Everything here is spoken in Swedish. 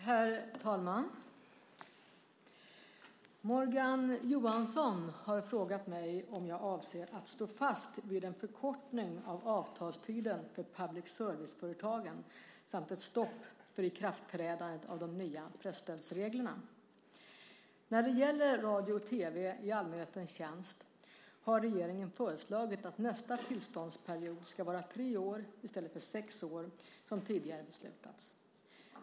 Herr talman! Morgan Johansson har frågat mig om jag avser att stå fast vid en förkortning av avtalstiden för public service-företagen samt ett stopp för ikraftträdandet av de nya presstödsreglerna. När det gäller radio och tv i allmänhetens tjänst har regeringen föreslagit att nästa tillståndsperiod ska vara tre år i stället för sex år som tidigare beslutats.